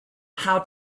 how